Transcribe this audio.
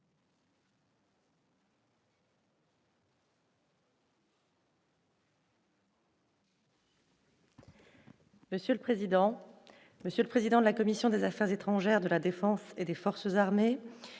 Monsieur le président, Monsieur le président de la commission des Affaires étrangères de la Défense et des forces armées,